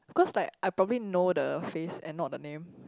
cause like I probably know the face and not the name